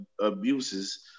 abuses